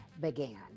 began